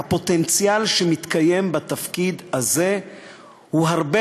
הפוטנציאל שמתקיים בתפקיד הזה הוא הרבה